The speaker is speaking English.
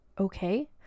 okay